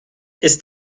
ist